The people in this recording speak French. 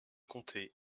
comtés